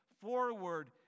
forward